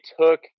took